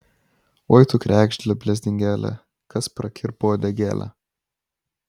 oi tu kregžde blezdingėle kas prakirpo uodegėlę